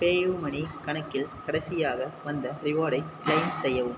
PayUmoney கணக்கில் கடைசியாக வந்த ரிவார்டை கிளெய்ம் செய்யவும்